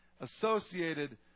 Associated